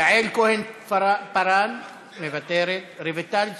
יעל כהן-פארן, מוותרת, רויטל סויד,